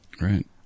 Right